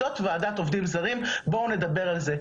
אבל זאת ועדת עובדים זרים אז בואו נדבר על זה.